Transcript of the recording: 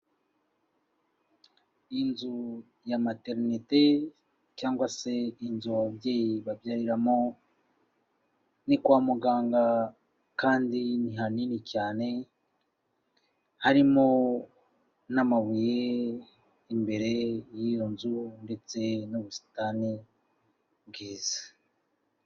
Inzu ya maternete cyangwa se inzu ababyeyi babyariramo, ni kwa muganga kandi ni hanini cyane, harimo n'amabuye imbere y'iyo nzu ndetse n'ubusitani bwiza.